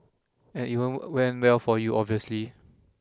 and it won't end well for you obviously